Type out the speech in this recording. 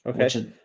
okay